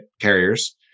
carriers